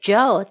Joe